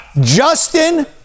Justin